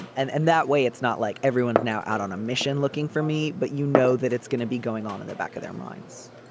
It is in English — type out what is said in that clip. and and and that way it's not like everyone now out on a mission looking for me but you know that it's going to be going on in the back of their minds.